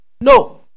No